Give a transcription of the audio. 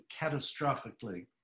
catastrophically